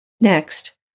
Next